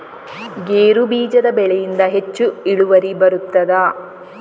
ಗೇರು ಬೀಜದ ಬೆಳೆಯಿಂದ ಹೆಚ್ಚು ಇಳುವರಿ ಬರುತ್ತದಾ?